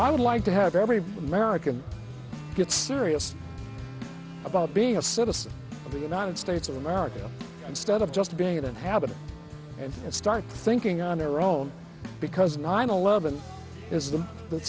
i would like to have everybody merican get serious about being a citizen of the united states of america instead of just being in the habit and start thinking on their own because nine eleven is the